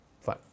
Fine